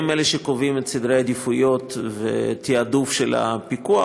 הם שקובעים את סדרי העדיפויות והתעדוף של הפיקוח.